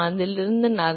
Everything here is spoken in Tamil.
எனவே இது 0